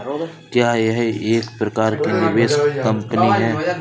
क्या यह एक प्रकार की निवेश कंपनी है?